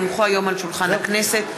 כי הונחו היום על שולחן הכנסת,